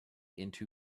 into